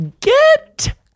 Get